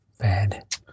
Bad